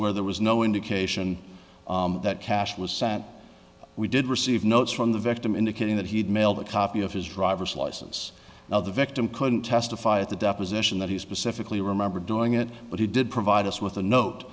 where there was no indication that cash was sent we did receive notes from the victim indicating that he had mailed a copy of his driver's license now the victim couldn't testify at the deposition that he specifically remember doing it but he did provide us with a note